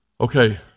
Okay